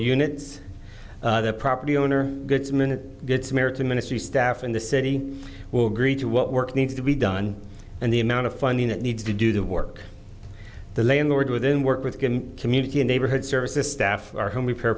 units the property owner gets minute good samaritan ministry staff in the city will agree to what work needs to be done and the amount of funding it needs to do the work the landlord within work with community and neighborhood services staff our home repair